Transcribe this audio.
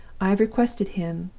i have requested him,